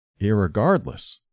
irregardless